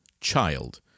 child